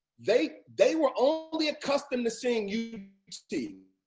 they they were only accustomed to seeing you know ut's team,